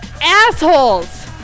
assholes